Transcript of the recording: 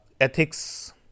ethics